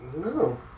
No